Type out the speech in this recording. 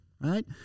right